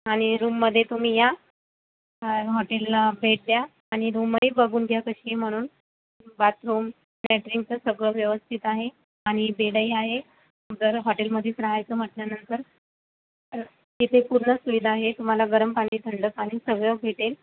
आणि रूममध्ये तुम्ही या हॉटेलला भेट द्या आणि रूमही बघून घ्या कशी आहे म्हणून बाथरूम लॅटरिनचं सगळं व्यवस्थित आहे आणि बेडही आहे जर हॉटेलमध्येच राहायचं म्हटल्यानंतर इथे पूर्ण सुविधा आहे तुम्हाला गरम पाणी थंड पाणी सगळं भेटेल